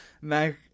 Mac